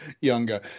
younger